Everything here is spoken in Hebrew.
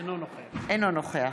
אינו נוכח